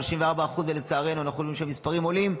34%. לצערנו אנחנו רואים שהמספרים עולים,